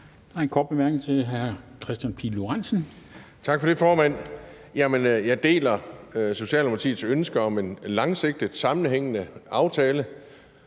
Lorentzen. Kl. 10:27 Kristian Pihl Lorentzen (V): Tak for det, formand. Jeg deler Socialdemokratiets ønske om en langsigtet, sammenhængende aftale